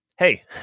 Hey